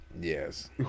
yes